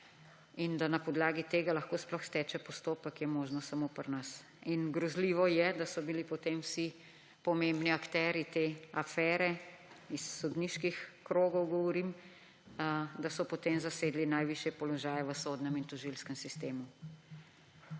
Da na podlagi tega lahko sploh steče postopek, je možno samo pri nas. In grozljivo je, da so bili potem vsi pomembni akterji te afere, iz sodniških krogov govorim, da so potem zasedli najvišje položaje v sodnem in tožilskem sistemu.